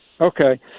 Okay